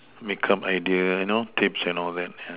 make up idea you know tapes and all that yeah